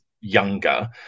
younger